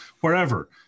wherever